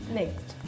next